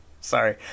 Sorry